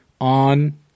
On